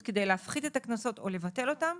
כדי להפחית את הקנסות או לבטל אותם,